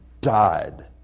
died